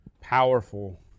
powerful